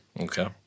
Okay